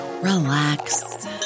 relax